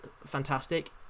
Fantastic